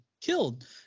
killed